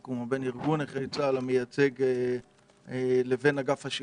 הארגון המייצג של נכי צה"ל לבין אגף השיקום.